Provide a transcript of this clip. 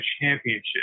championship